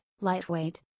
lightweight